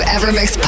EverMix